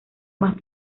más